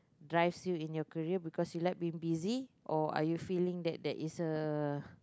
drives you in your career because you like being busy or are you feeling that that is a